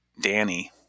Danny